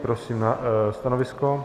Prosím stanovisko.